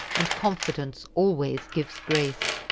and confidence always gives grace.